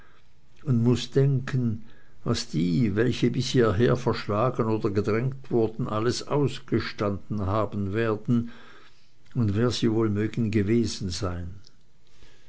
und muß denken was die welche bis hierher verschlagen oder gedrängt wurden alles ausgestanden haben werden und wer sie wohl mögen gewesen sein